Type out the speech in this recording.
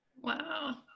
Wow